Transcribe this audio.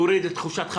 תוריד את חופשת חנוכה.